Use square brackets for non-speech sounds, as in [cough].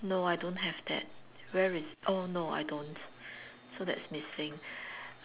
no I don't have that where is i~ oh no I don't so that's missing [breath]